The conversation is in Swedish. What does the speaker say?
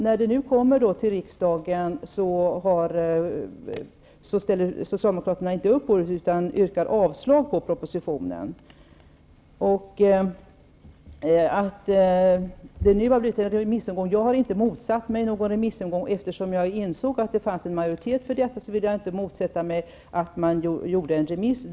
När nu förslaget kommer till riksdagen ställer Socialdemokraterna inte upp utan yrkar avslag på propositionen. Jag har inte motsatt mig någon remissomgång, eftersom jag insåg att det fanns en majoritet för en sådan.